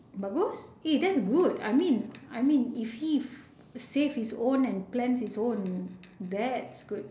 bagus eh that's good I mean I mean if he save his own and plans his own that's good